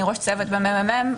אני ראש צוות בממ"מ.